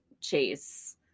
Chase